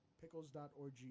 pickles.org